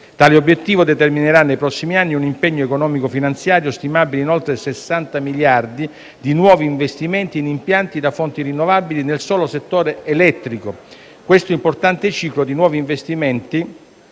tale obiettivo determinerà un impegno economico-finanziario stimabile in oltre 60 miliardi di nuovi investimenti in impianti da fonti rinnovabili nel solo settore elettrico. Questo importante ciclo di nuovi investimenti